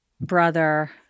Brother